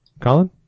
Colin